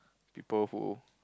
people who